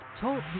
Talk